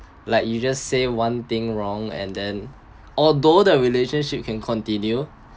like you just say one thing wrong and then although the relationship can continue